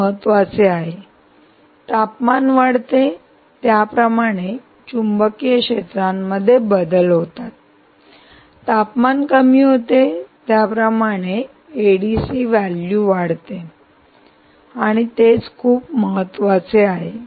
हे महत्वाचे आहे तापमान वाढते त्याप्रमाणे चुंबकीय क्षेत्रामध्ये बदल होतात तापमान कमी होते त्याप्रमाणे एडीसी व्हॅल्यू वाढते आणि तेच खूप महत्वाचे आहे